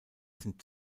sind